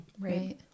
Right